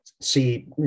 see